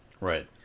Right